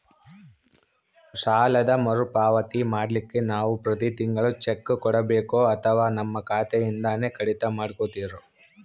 ಸಾಲದ ಮರುಪಾವತಿ ಮಾಡ್ಲಿಕ್ಕೆ ನಾವು ಪ್ರತಿ ತಿಂಗಳು ಚೆಕ್ಕು ಕೊಡಬೇಕೋ ಅಥವಾ ನಮ್ಮ ಖಾತೆಯಿಂದನೆ ಕಡಿತ ಮಾಡ್ಕೊತಿರೋ?